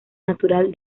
natural